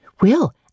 Will